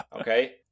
Okay